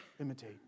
imitate